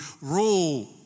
rule